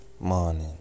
Morning